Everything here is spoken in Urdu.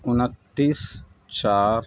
انتیس چار